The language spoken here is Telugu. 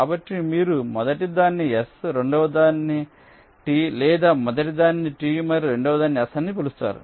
కాబట్టి మీరు మొదటిదాన్ని S రెండవది T లేదా మొదటిదాన్ని T మరియు రెండవదాన్ని S అని పిలుస్తారు